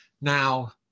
Now